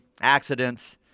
accidents